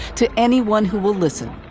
to anyone who will listen.